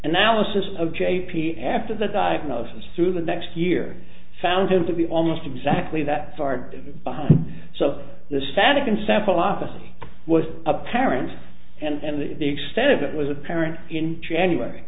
analysis of j p after the diagnosis through the next year found him to be almost exactly that far behind so the static and sample offices was apparent and that is the extent of it was apparent in january